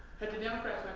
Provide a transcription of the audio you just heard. had the democrats